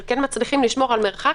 אבל כן מצליחים לשמור על מרחק,